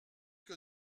que